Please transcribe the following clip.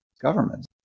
government